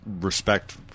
respect